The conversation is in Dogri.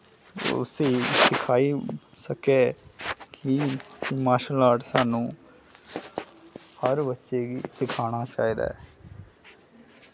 उस्सी सिखाई सकै कि मार्शल आर्ट साह्नू हर बच्चे गी सिखाना चाहिदा ऐ